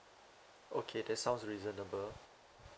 okay that sounds reasonable